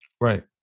Right